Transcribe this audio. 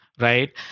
right